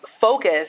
focus